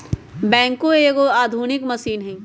backhoe एगो आधुनिक machine हइ